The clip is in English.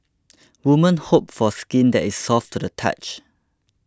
women hope for skin that is soft to the touch